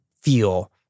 feel